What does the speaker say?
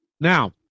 Now